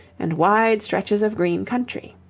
and wide stretches of green country.